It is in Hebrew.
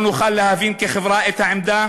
לא נוכל להבין כחברה את העמדה